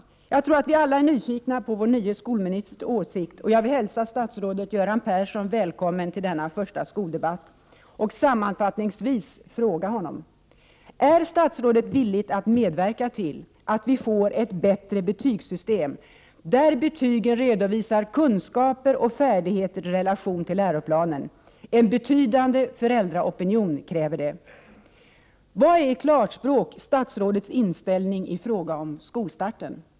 Jag tror att vi alla är nyfikna på vår nye skolministers åsikter, och jag vill hälsa statsrådet Göran Persson välkommen till denna första skoldebatt och sammanfattningsvis fråga: Är statsrådet villig att medverka till att vi får ett bättre betygssystem, där betygen redovisar kunskaper och färdigheter i relation till läroplanen? En betydande föräldraopinion kräver det. Vad är i klarspråk statsrådets inställning i fråga om skolstarten?